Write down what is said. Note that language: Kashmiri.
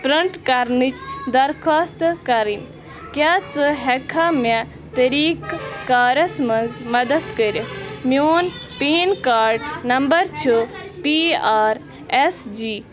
پرنٛٹ کَرنٕچ درخواستہٕ کَرٕنۍ کیٛاہ ژٕ ہٮ۪کھٕکا مےٚ طریٖقہٕ کارَس منٛز مدتھ کٔرِتھ میٛون پین کارڈ نمبَر چھُ ٹی آر ایٚس جی